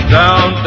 down